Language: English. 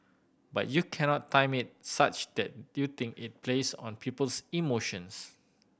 but you cannot time it such that you think it plays on people's emotions